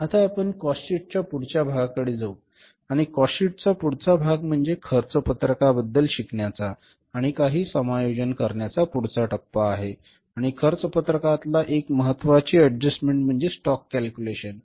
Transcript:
आता आपण कॉस्टशीटच्या पुढच्या भागाकडे जाऊ आणि कॉस्टशीटचा पुढचा भाग म्हणजे खर्च पत्रकाबद्दल शिकण्याच्या आणि काही समायोजन करण्याच्या पुढचा टप्पा आहे आणि खर्च पत्रकातला एक महत्वाची एडजस्टमेंट म्हणजे स्टॉक कॅल्क्युलेशन